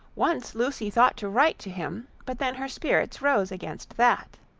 once lucy thought to write to him, but then her spirits rose against that.